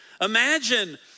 Imagine